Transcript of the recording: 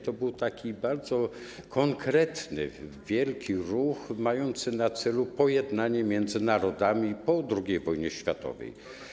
To był bardzo konkretny, wielki ruch mający na celu pojednanie między narodami po II wojnie światowej.